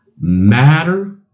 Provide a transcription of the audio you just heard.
Matter